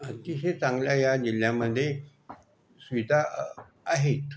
अतिशय चांगल्या ह्या जिल्ह्यामध्ये सुविधा आहेत